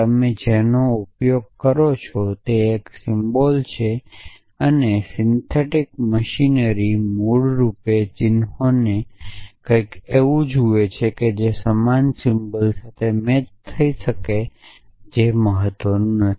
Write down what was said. તમે જેનો ઉપયોગ કરો છો તે એક સિમ્બોલ છે અને સિન્ટેક્ટિક મશીનરી મૂળરૂપે ચિહ્નોને કંઈક એવું જુએ છે જે સમાન સિમ્બોલ સાથે મેચ થઈ શકે છે તે મહત્વનું નથી